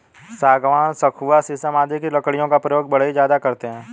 सागवान, सखुआ शीशम आदि की लकड़ियों का प्रयोग बढ़ई ज्यादा करते हैं